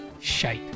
Shite